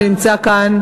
שנמצא כאן,